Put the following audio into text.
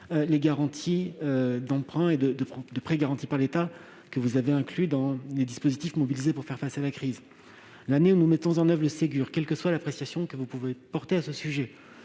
les garanties d'emprunt et les prêts garantis par l'État, que vous avez inclus dans les dispositifs mobilisés pour faire face à la crise. En 2020, nous avons mis en oeuvre le Ségur de la santé, quelle que soit l'appréciation que vous pouvez porter à son sujet.